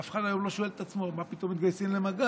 אף אחד היום לא שואל את עצמו מה פתאום מתגייסים למג"ב.